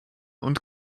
und